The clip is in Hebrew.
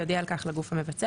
יודיע על כך לגוף המבצע,